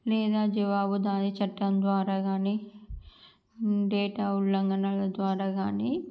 లేదా జవాబు దారి చట్టం ద్వారా కానీ ఉండేటి ఉల్లంఘనలు ద్వారా కానీ